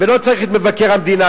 ולא צריך את מבקר המדינה,